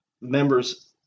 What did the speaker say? members